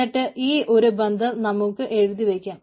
എന്നിട്ട് ഈ ഒരു ബന്ധം നമുക്ക് എഴുതി വയ്ക്കാം